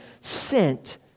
sent